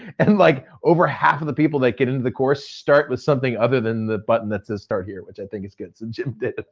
and like, over half of the people that get into the course start with something other than the button that says start here, which i think is good. so jim did